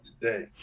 today